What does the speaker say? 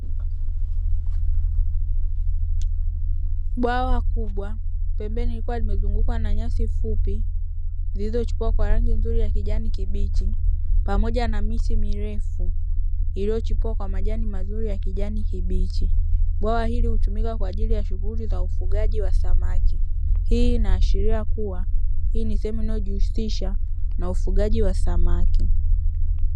Bwawa kubwa, pembeni likiwa limezungukwa na nyasi fupi zilizochipua kwa rangi nzuri ya kijani kibichi, pamoja na miti mirefu iliyochipua kwa majani mazuri ya kijani kibichi. Bwawa hili hutumika kwa ajili ya shughuli za ufugaji wa samaki. Hii inaashiria kuwa, hii ni sehemu inayojihusisha na ufugaji wa samaki.